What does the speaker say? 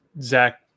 Zach